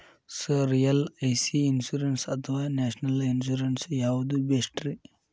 Sir LIC insurance ಅಥವಾ national insurance ಯಾವುದು ಬೆಸ್ಟ್ರಿ?